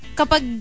kapag